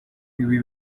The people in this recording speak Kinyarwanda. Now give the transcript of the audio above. ibi